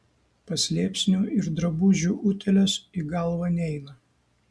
paslėpsnių ir drabužių utėlės į galvą neina